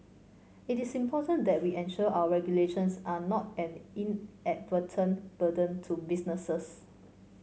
it is important that we ensure our regulations are not an inadvertent burden to businesses